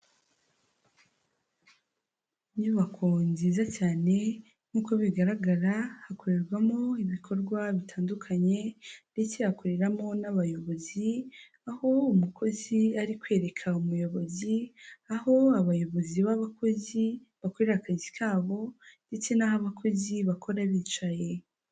Inyubako nziza cyane nk'uko bigaragara hakorerwamo ibikorwa bitandukanye ndetse hakoreramo n'abayobozi, aho umukozi ari kwereka umuyobozi aho abayobozi b'abakozi bakorera akazi kabo ndetse n'aho abakozi bakora bicaye.